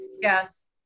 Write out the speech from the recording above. Yes